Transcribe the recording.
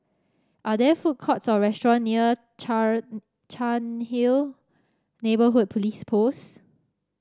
are there food courts or restaurant near Char Cairnhill Neighbourhood Police Post